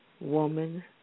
woman